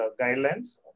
guidelines